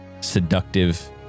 seductive